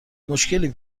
مشکلی